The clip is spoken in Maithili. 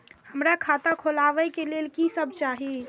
हमरा खाता खोलावे के लेल की सब चाही?